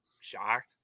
shocked